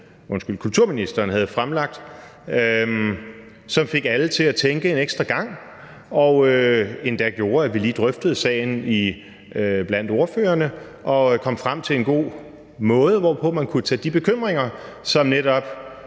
kulturministeren havde fremsat, som fik alle til at tænke en ekstra gang og endda gjorde, at vi lige drøftede sagen iblandt ordførerne og kom frem til en god måde, hvorpå man kunne tage de bekymringer, som netop